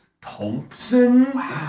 Thompson